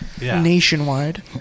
nationwide